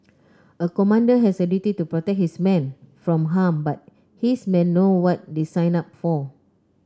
a commander has a duty to protect his men from harm but his men know what they signed up for